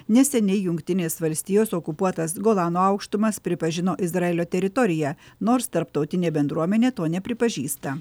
neseniai jungtinės valstijos okupuotas golano aukštumas pripažino izraelio teritorija nors tarptautinė bendruomenė to nepripažįsta